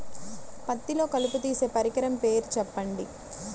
పత్తిలో కలుపు తీసే పరికరము పేరు చెప్పండి